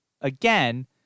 again